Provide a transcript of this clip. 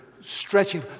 stretching